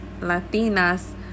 Latinas